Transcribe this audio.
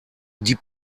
die